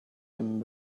can